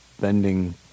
bending